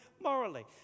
morally